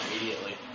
immediately